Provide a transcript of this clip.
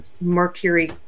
mercury